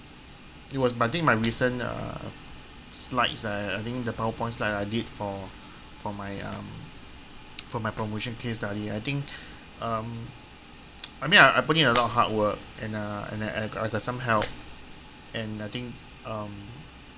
it was my think my recent uh slides that I I think the powerpoint slides I did for for my um for my promotion case study I think um I mean I I put in a lot of hard work and uh and uh and I got some help and I think um